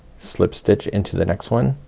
slip stitch into the next one